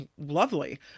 lovely